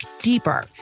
deeper